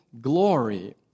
glory